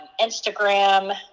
Instagram